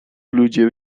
ludzie